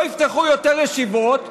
לא יפתחו יותר ישיבות,